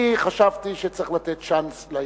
אני חשבתי שצריך לתת צ'אנס לאיחוד,